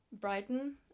Brighton